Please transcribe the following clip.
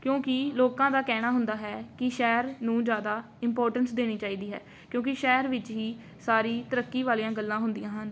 ਕਿਉਂਕਿ ਲੋਕਾਂ ਦਾ ਕਹਿਣਾ ਹੁੰਦਾ ਹੈ ਕਿ ਸ਼ਹਿਰ ਨੂੰ ਜ਼ਿਆਦਾ ਇਮਪੋਰਟੈਂਸ ਦੇਣੀ ਚਾਹੀਦੀ ਹੈ ਕਿਉਂਕਿ ਸ਼ਹਿਰ ਵਿੱਚ ਹੀ ਸਾਰੀ ਤਰੱਕੀ ਵਾਲੀਆਂ ਗੱਲਾਂ ਹੁੰਦੀਆਂ ਹਨ